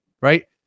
right